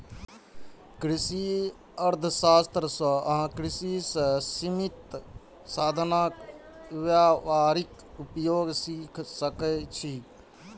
कृषि अर्थशास्त्र सं अहां कृषि मे सीमित साधनक व्यावहारिक उपयोग सीख सकै छी